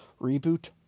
reboot